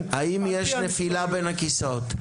עזרנו להם להכין --- האם יש נפילה בין הכיסאות?